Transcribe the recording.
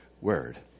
word